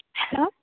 hello